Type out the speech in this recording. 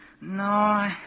No